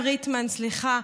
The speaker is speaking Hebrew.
ניצב ריטמן, סליחה.